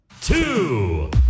Two